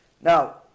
Now